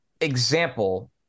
example